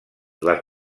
les